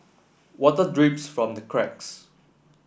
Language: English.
water drips from the cracks